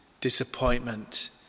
disappointment